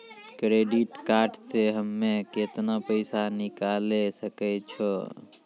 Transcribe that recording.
Credit card से हम्मे केतना पैसा निकाले सकै छौ?